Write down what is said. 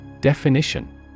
Definition